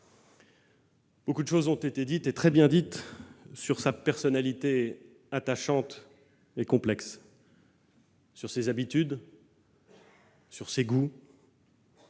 Beaucoup a été dit, et très bien dit, sur sa personnalité attachante et complexe, sur ses habitudes, sur ses goûts,